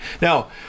Now